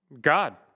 God